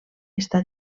està